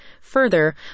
further